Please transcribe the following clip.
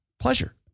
pleasure